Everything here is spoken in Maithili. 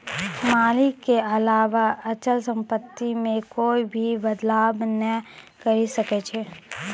मालिक के अलावा अचल सम्पत्ति मे कोए भी बदलाव नै करी सकै छै